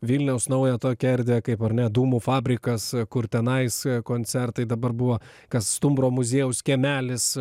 vilniaus naują tokią erdvę kaip ar ne dūmų fabrikas kur tenais koncertai dabar buvo kas stumbro muziejaus kiemelis